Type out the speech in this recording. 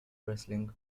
wrestling